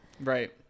Right